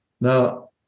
Now